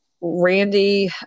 Randy